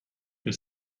que